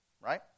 right